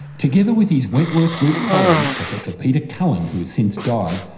together with his wentworth group colleague, professor peter cullen, who has since died,